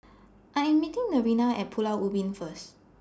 I Am meeting Nevaeh At Pulau Ubin First